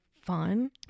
fun